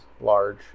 large